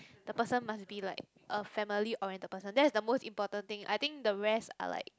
the person must be like a family oriented person that is the most important thing I think the rest are like